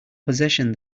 possession